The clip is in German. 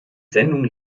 sendung